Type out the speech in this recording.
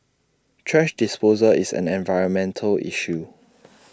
thrash disposal is an environmental issue